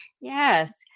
Yes